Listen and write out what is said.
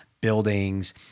buildings